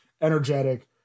energetic